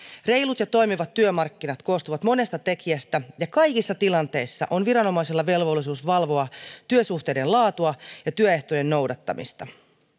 reilut ja toimivat työmarkkinat koostuvat monesta tekijästä ja kaikissa tilanteissa on viranomaisilla velvollisuus valvoa työsuhteiden laatua ja työehtojen noudattamista